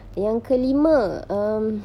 yang kelima um